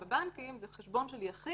בבנקים זה של חשבון יחיד,